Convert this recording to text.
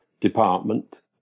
department